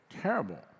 Terrible